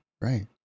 Right